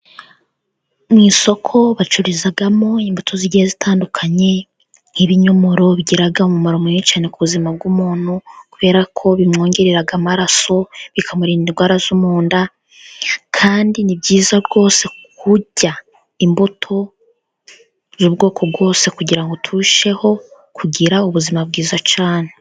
Mu isoko bacururizamo imbuto zigiye zitandukanye, nk'ibinyomoro bigira umumaro ku buzima bw'umuntu kubera ko bimwongerera amaraso, bikamurinda indwara zo munda, kandi ni byiza rwose kurya imbuto y'ubwoko bwose, kugira ngo turusheho kugira ubuzima bwiza cyane.